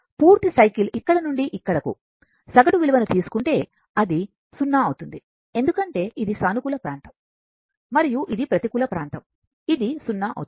పూర్తి సైకిల్ ఇక్కడ నుండి ఇక్కడకు సగటు విలువను తీసుకుంటే అది 0 అవుతుంది ఎందుకంటే ఇది సానుకూల ప్రాంతం మరియు ఇది ప్రతికూల ప్రాంతం ఇది 0 అవుతుంది